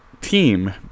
team